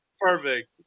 perfect